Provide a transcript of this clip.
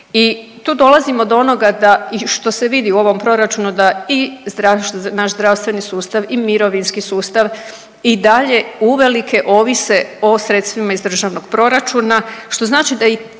i tu dolazimo do onoga da i što se vidi u ovom proračunu da i naš zdravstveni sustav i mirovinski sustav i dalje uvelike ovise o sredstvima iz državnog proračuna, što znači da i ta